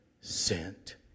sent